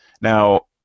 now